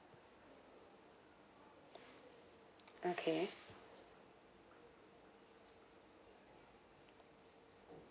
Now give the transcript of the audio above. okay